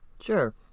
Sure